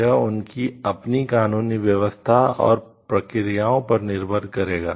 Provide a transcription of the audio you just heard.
यह उनकी अपनी कानूनी व्यवस्था और प्रक्रियाओं पर निर्भर करेगा